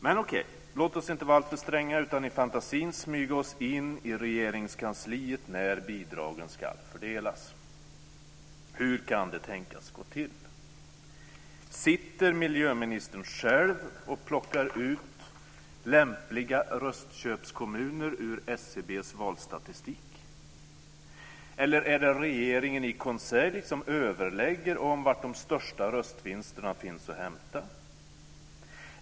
Men okej, låt oss inte vara alltför stränga utan i fantasin smyga oss in i Regeringskansliet när bidragen ska fördelas. Hur kan det tänkas gå till? Sitter miljöministern själv och plockar ut lämpliga röstköpskommuner ur SCB:s valstatistik? Är det regeringen i konselj som överlägger om var de största röstvinsterna finns att hämta?